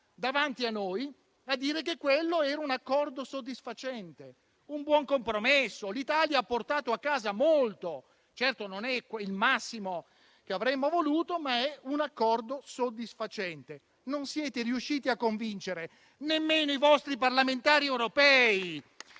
davanti a noi a dire che quello era un accordo soddisfacente, un buon compromesso. È stato detto: l'Italia ha portato a casa molto; certo non è il massimo che avremmo voluto, ma è un accordo soddisfacente. Non siete però riusciti a convincere nemmeno i vostri parlamentari europei